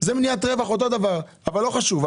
אבל לא חשוב,